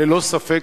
ללא ספק,